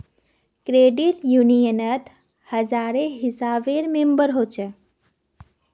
credit यूनियनत हजारेर हिसाबे मेम्बर हछेक